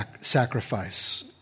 sacrifice